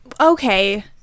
Okay